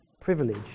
privilege